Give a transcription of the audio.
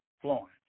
Florence